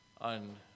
on